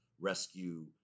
rescue